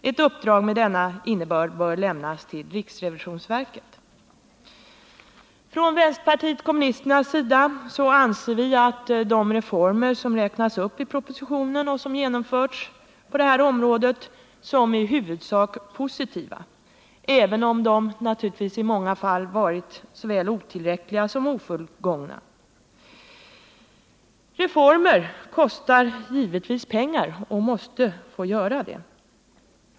Ett uppdrag med denna innebörd bör lämnas till riksrevisionsverket.” Från vänsterpartiet kommunisternas sida anser vi de reformer som räknas upp i propositionen och som genomförts på detta område vara i huvudsak positiva, även om de naturligtvis i många fall har varit såväl otillräckliga som ofullgångna. Reformer kostar pengar och måste givetvis få göra det.